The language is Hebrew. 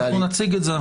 אנחנו נציג את זה.